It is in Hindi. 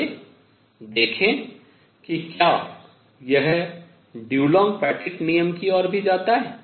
आइए देखें कि क्या यह डुलोंग पेटिट नियम की ओर भी जाता है